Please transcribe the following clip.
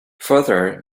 further